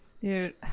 Dude